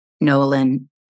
Nolan